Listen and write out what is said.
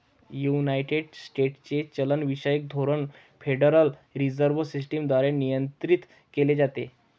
United स्टेट्सचे चलनविषयक धोरण फेडरल रिझर्व्ह सिस्टम द्वारे नियंत्रित केले जाते